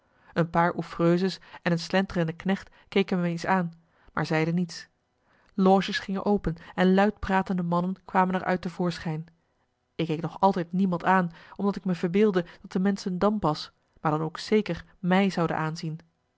een paar ouvreuses en een slenterende knecht keken me eens aan maar zeiden niets loges gingen open en luid pratende mannen kwamen er uit te voorschijn ik keek nog altijd niemand aan omdat ik me verbeeldde dat de menschen dan pas maar dan ook zeker mij zouden aanzien